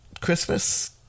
Christmas